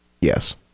Yes